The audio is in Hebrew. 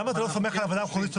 למה אתה לא סומך על הוועדה המחוזית?